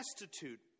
destitute